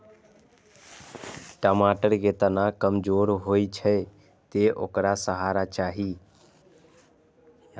टमाटर के तना कमजोर होइ छै, तें ओकरा सहारा चाही